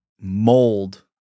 mold